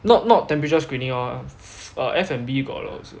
not not temperature screening orh foo~ err F&B got a lot also